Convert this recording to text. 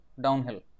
downhill